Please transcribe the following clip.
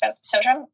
syndrome